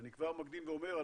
אני כבר מקדים ואומר,